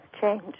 change